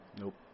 Nope